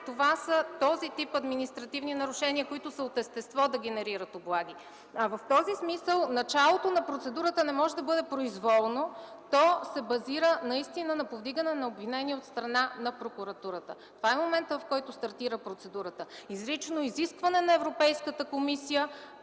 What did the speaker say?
Това са този тип административни нарушения, които са от естество да генерират облаги. В този смисъл началото на процедурата не може да бъде произволно, то се базира наистина на повдигане на обвинения от страна на прокуратурата. Това е моментът, в който стартира процедурата. Изрично изискване на Европейската комисия